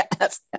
Yes